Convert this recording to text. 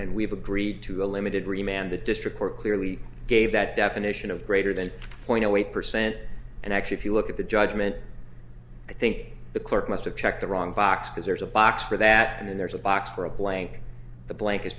and we've agreed to a limited remained the district court clearly gave that definition of greater than zero point zero eight percent and actually if you look at the judgment i think the clerk must have checked the wrong box because there's a box for that and there's a box for a blank the blank